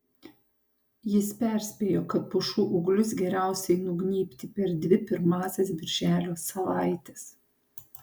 jis perspėjo kad pušų ūglius geriausiai nugnybti per dvi pirmąsias birželio savaites